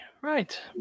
right